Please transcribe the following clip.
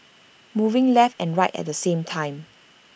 moving left and right at the same time